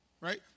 Right